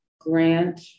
grant